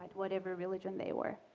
whatever religion they were.